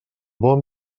bon